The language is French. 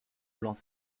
blanc